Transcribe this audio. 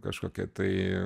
kažkokią tai